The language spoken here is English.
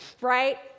right